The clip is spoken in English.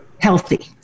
healthy